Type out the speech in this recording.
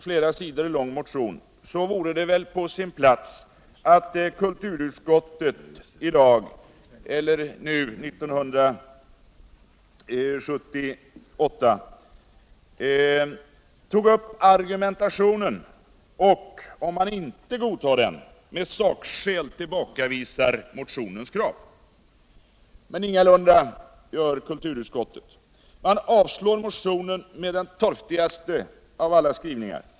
flera sidor lång motion är det väl på sin plats att kulturutskotet 1978 tar upp argumentationen och — om man inte godtar den — med sakskäl ullbakavisar motionens krav. Men ingalunda gör kulturutskottet så. Man avstyrker motionen med den torftigaste av alla skrivningar.